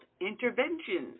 interventions